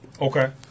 Okay